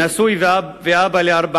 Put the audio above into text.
נשוי ואב לארבעה,